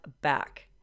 back